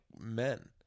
men